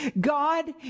God